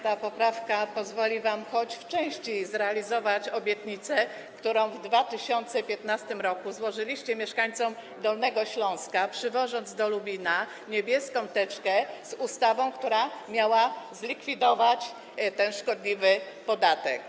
Ta poprawka pozwoli wam choć w części zrealizować obietnicę, którą w 2015 r. złożyliście mieszkańcom Dolnego Śląska, przywożąc do Lubina niebieską teczkę z ustawą, która miała zlikwidować ten szkodliwy podatek.